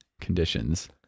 conditions